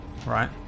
Right